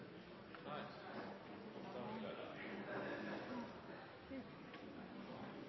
da er